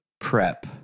prep